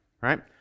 right